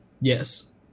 Yes